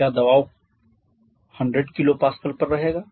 क्या दबाव 100 kPa पर रहेगा